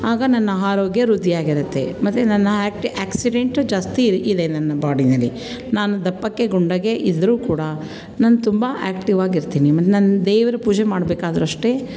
ಆಗ ನನ್ನ ಆರೋಗ್ಯ ವೃದ್ಧಿಯಾಗಿರುತ್ತೆ ಮತ್ತು ನನ್ನ ಆ್ಯಕ್ಟಿ ಆ್ಯಕ್ಸಿಡೆಂಟು ಜಾಸ್ತಿ ಇದೆ ನನ್ನ ಬಾಡಿಯಲ್ಲಿ ನಾನು ದಪ್ಪಕ್ಕೆ ಗುಂಡಿಗೆ ಇದ್ರೂ ಕೂಡ ನಾನು ತುಂಬ ಆ್ಯಕ್ಟಿವಾಗಿರ್ತೀನಿ ನಾನು ದೇವರು ಪೂಜೆ ಮಾಡಬೇಕಾದ್ರೂ ಅಷ್ಟೇ